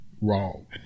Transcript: wrong